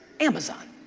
amazon.